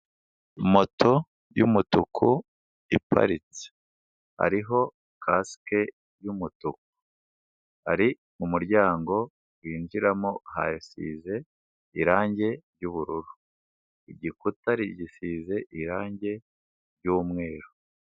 Moto y'umutuku iparitse, hariho kasike y'umutuku hari umuryango winjiramo, hasize irangi ry'ubururu, igikuta gisize irangi ryumweru.